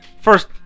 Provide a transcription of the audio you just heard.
first